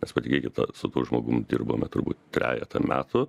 nes patikėkit na su tuo žmogum dirbome turbūt trejetą metų